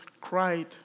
cried